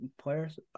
players